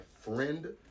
friend